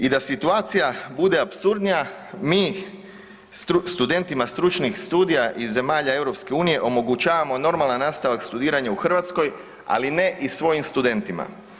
I da situacija bude apsurdnija, mi studentima stručnih studija iz zemalja EU omogućavamo normalan nastavak studiranja u Hrvatskoj, ali ne i svojim studentima.